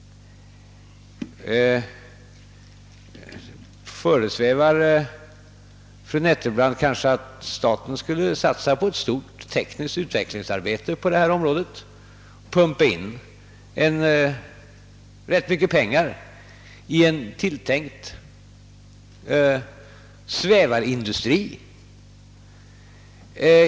Föresvävar det kanske fru Nettelbrandt att staten skulle satsa på ett stort tekniskt utvecklingsarbete på detta område och pumpa in ganska mycket pengar i en tilltänkt svävarindustri?